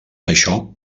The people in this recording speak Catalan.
això